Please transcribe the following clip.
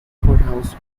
courthouse